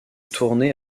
tournée